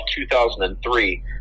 2003